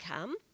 come